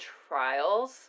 trials